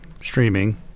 streaming